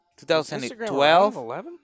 2012